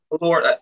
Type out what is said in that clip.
Lord